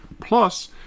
Plus